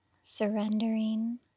surrendering